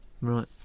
Right